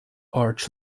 arch